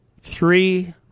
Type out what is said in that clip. three